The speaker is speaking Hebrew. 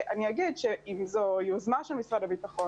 אגיד שאם זו יוזמה של משרד הביטחון